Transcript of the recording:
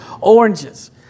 Oranges